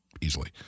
easily